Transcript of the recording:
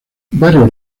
varios